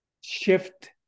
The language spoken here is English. shift